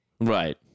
Right